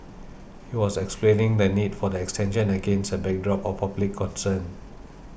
he was explaining the need for the extension against a backdrop of public concern